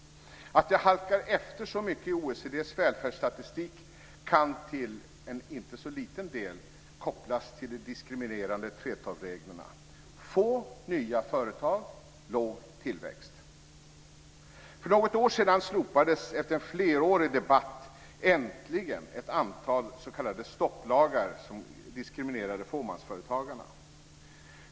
Att vi halkar efter så mycket i OECD:s välfärdsstatistik kan till en inte så liten del kopplas till de diskriminerande 3:12-reglerna. Få nya företag - låg tillväxt. För något år sedan slopades efter en flerårig debatt äntligen ett antal s.k. stopplagar som diskriminerade fåmansföretagarna.